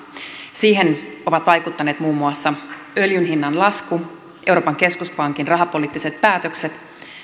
siihen ovat vaikuttaneet muun muassa öljyn hinnan lasku euroopan keskuspankin rahapoliittiset päätökset